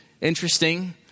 interesting